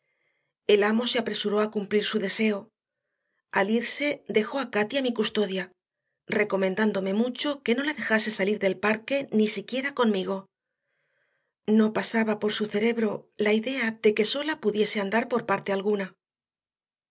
el amo se apresuró a cumplir su deseo al irse dejó a cati a mi custodia recomendándome mucho que no la dejase salir del parque ni siquiera conmigo no pasaba por su cerebro la idea de que sola pudiese andar por parte alguna